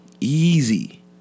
Easy